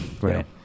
Right